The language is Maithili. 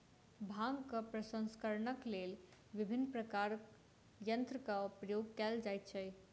भांगक प्रसंस्करणक लेल विभिन्न प्रकारक यंत्रक प्रयोग कयल जाइत छै